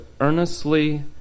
earnestly